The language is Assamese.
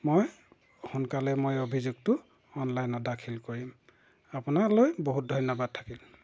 মই সোনকালে মই অভিযোগটো অনলাইনত দাখিল কৰিম আপোনালৈ বহুত ধন্যবাদ থাকিল